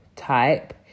Type